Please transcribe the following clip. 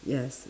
yes